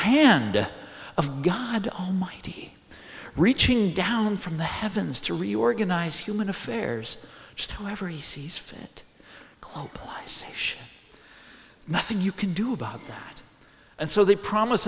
hand of god almighty reaching down from the heavens to reorganize human affairs whenever he sees fit club say nothing you can do about that and so they promise